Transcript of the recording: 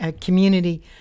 Community